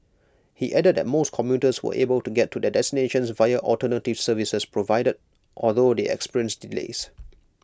he added that most commuters were able to get to their destinations via alternative services provided although they experienced delays